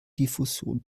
diffusion